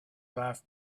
laughed